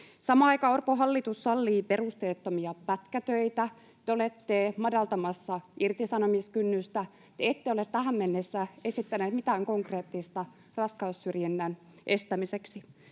Samaan aikaan Orpon hallitus sallii perusteettomia pätkätöitä, te olette madaltamassa irtisanomiskynnystä, ja te ette ole tähän mennessä esittäneet mitään konkreettista raskaussyrjinnän estämiseksi.